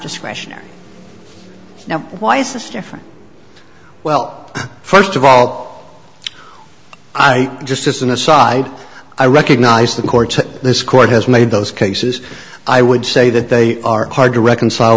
discretionary now why is this different well first of all i just as an aside i recognize the court this court has made those cases i would say that they are hard to reconcile